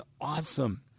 awesome